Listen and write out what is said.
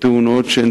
תאונות שהן